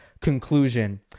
conclusion